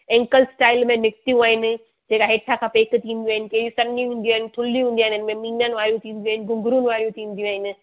ankle style में निकितियूं आहिनि जहिड़ा हेठा खां पैक थींदियूं आहिनि कंहिं सनियूं हूंदियूं आहिनि थुलियूं हूंदियूं आहिनि हिन में मिनल वारियूं थींदियूं आहिनि घुंघरू वारियूं थींदियूं आहिनि